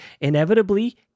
inevitably